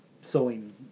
sewing